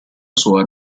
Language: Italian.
sua